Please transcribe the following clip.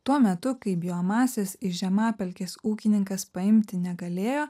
tuo metu kai biomasės iš žemapelkės ūkininkas paimti negalėjo